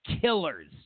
killers